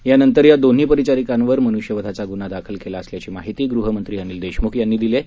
यानंतर या दोन्ही परिचारिकांवर मनुष्यवधाचा गुन्हा दाखल केला असल्याची माहिती गृहमंत्री अनिल देशमुख यांनी दिली आहे